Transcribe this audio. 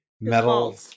metal